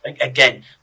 again